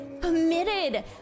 committed